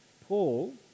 Paul